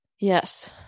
Yes